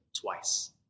twice